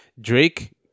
Drake